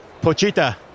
Pochita